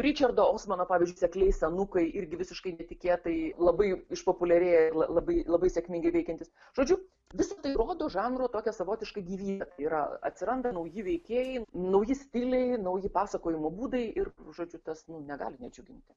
ričardo osmano pavyzdžiui sekliai senukai irgi visiškai netikėtai labai išpopuliarėję labai labai sėkmingai veikiantys žodžiu visa tai rodo žanro tokią savotišką gyvybę tai yra atsiranda nauji veikėjai nauji stiliai nauji pasakojimo būdai ir žodžiu tas nu negali nedžiuginti